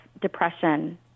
depression